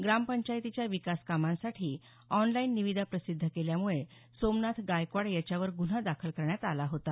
ग्रामपंचायतीच्या विकास कामांसाठी ऑनलाईन निविदा प्रसिद्ध केल्यामुळे सोमनाथ गायकवाड याच्यावर गुन्हा दाखल करण्यात आला होता